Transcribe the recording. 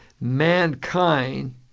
mankind